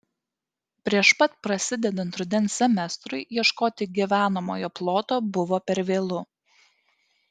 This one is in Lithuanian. prieš pat prasidedant rudens semestrui ieškoti gyvenamojo ploto buvo per vėlu